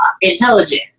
intelligent